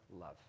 love